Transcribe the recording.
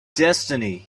destiny